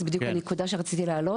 זן בדיוק הנקודה שרציתי להעלות,